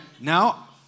now